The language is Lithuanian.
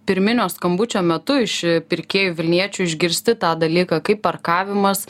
pirminio skambučio metu iš pirkėjų vilniečių išgirsti tą dalyką kaip parkavimas